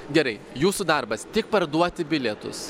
gerai jūsų darbas tik parduoti bilietus